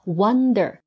wonder